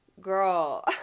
Girl